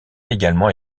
également